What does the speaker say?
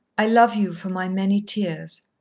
i love you for my many tears